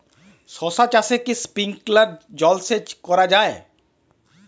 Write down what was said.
শশা চাষে কি স্প্রিঙ্কলার জলসেচ করা যায়?